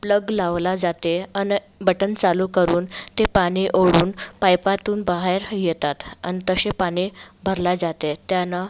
plug लावला जाते अन् बटन चालू करून ते पाणी ओढून पायपातून बाहेर येतात अन् तसे पाणी भरला जाते त्यानं